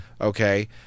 Okay